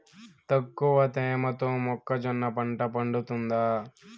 తక్కువ తేమతో మొక్కజొన్న పంట పండుతుందా?